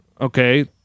okay